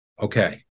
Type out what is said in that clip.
okay